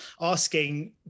asking